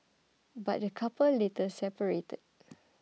but the couple later separated